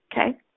okay